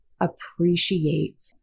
appreciate